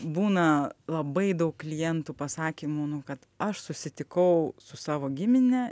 būna labai daug klientų pasakymų kad aš susitikau su savo gimine